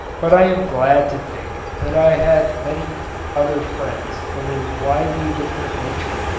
but i am glad to think that i had many other friends of a widely different nature.